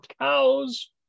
cows